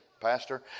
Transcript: Pastor